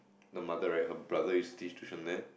the mother right her brother is tuition there